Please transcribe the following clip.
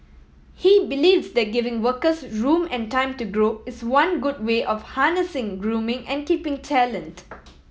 he believes that giving workers room and time to grow is one good way of harnessing grooming and keeping talent